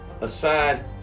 aside